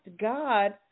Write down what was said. God